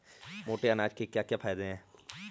मोटे अनाज के क्या क्या फायदे हैं?